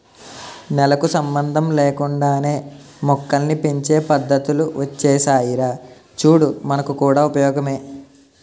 నేలకు సంబంధం లేకుండానే మొక్కల్ని పెంచే పద్దతులు ఒచ్చేసాయిరా చూడు మనకు కూడా ఉపయోగమే